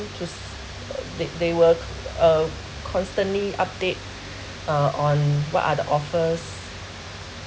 there there were uh constantly update uh on what are the offers